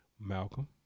Malcolm